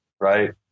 right